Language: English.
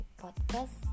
podcast